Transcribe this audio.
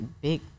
big